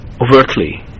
Overtly